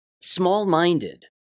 small-minded